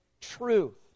truth